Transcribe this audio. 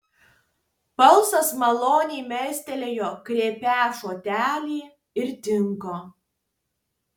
balsas maloniai mestelėjo grėbią žodelį ir dingo